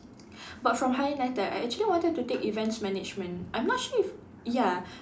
but from higher nitec I actually wanted to take events management I'm not sure if ya